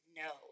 no